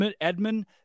Edmund